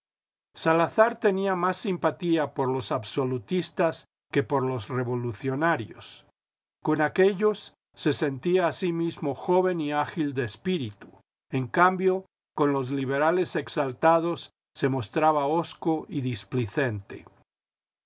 salazar tenía más simpatía por los absolutistas que per los revolucionarios con aquéllos se sentía a sí mismo joven y ágil de espíritu en cambio con los liberales exaltados se mostraba hosco